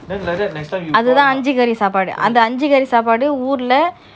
அது தான் அஞ்சி காரி சாப்பாடு அந்த அஞ்சி காரி சாப்பாடு ஊருல:athu thaan anji kaari sapadu antha anji kaari sapadu uurula